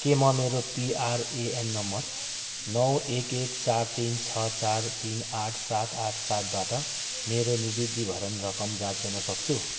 के म मेरो पिआरएएन नम्बर नौ एक एक चार तिन छ चार तिन आठ सात आठ सातबाट मेरो निवृत्तिभरण रकम जाँच गर्न सक्छु